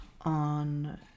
on